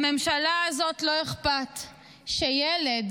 לממשלה הזאת לא אכפת שילד,